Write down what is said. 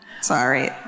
Sorry